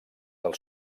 del